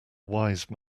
wise